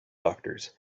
doctors